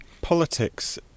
politics